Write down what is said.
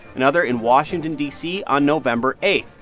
another in washington, d c, on november eight.